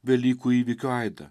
velykų įvykio aidą